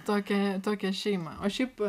tokią tokią šeimą o šiaip